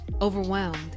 overwhelmed